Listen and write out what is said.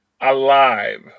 alive